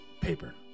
paper